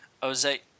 Jose